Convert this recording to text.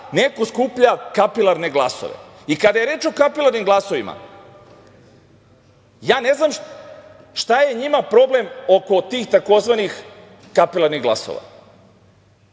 neko skuplja kapilarne glasove. Kada je reč o kapilarnim glasovima, ja ne znam šta je njima problem oko tih tzv. kapilarnih glasova.